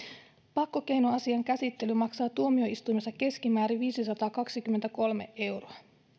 pakkokeinoasian käsittely maksaa tuomioistuimessa keskimäärin viisisataakaksikymmentäkolme euroa